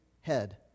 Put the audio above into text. head